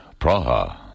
Praha